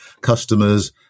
customers